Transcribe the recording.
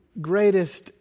greatest